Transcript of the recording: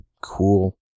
Cool